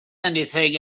anything